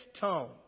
tone